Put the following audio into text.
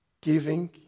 giving